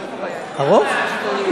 ארוך?